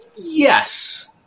Yes